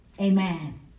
Amen